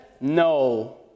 No